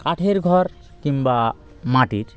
কাঠের ঘর কিংবা মাটির